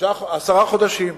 עשרה חודשים.